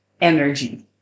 energy